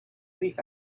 leaf